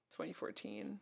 2014